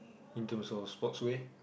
in terms of sports wear